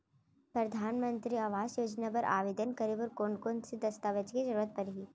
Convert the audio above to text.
परधानमंतरी आवास योजना बर आवेदन करे बर कोन कोन से दस्तावेज के जरूरत परही?